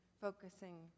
focusing